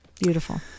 beautiful